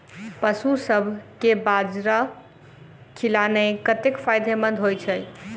पशुसभ केँ बाजरा खिलानै कतेक फायदेमंद होइ छै?